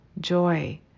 joy